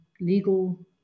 legal